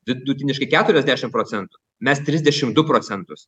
vidutiniškai keturiasdešim procentų mes trisdešim du procentus